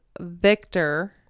victor